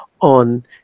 on